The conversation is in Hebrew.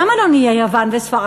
למה לא נהיה יוון וספרד,